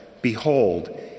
Behold